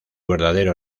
verdadero